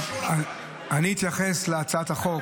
אני לא רוצה לקרוא.